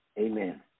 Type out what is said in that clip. Amen